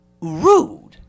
rude